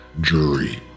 jury